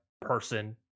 person